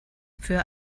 für